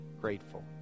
grateful